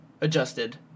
adjusted